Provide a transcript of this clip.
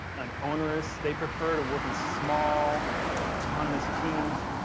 and onerous. they prefer to work in small autonomous teams.